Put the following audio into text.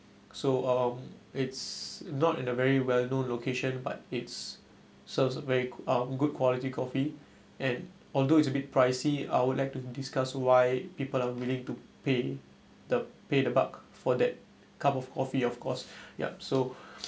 so um it's not in a very well known location but its serves a very uh good quality coffee and although it's a bit pricey I would like to discuss why people are willing to pay the pay the buck for that cup of coffee of course yup so